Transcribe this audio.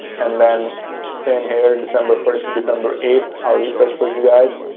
and then same here december first to december eighth, i'll refresh for you guys.